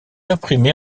imprimé